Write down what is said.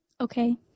Okay